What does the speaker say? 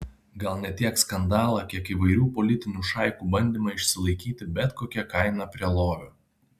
gal ne tiek skandalą kiek įvairių politinių šaikų bandymą išsilaikyti bet kokia kaina prie lovio